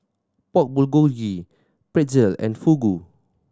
Pork Bulgogi Pretzel and Fugu